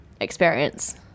experience